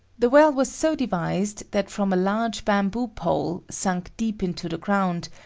the well was so devised that from a large bamboo pole, sunk deep into the ground,